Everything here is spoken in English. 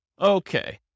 Okay